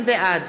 בעד